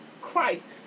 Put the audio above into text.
Christ